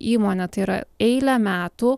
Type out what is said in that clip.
įmonė tai yra eilę metų